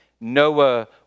Noah